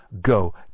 Go